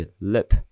lip